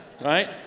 Right